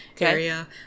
area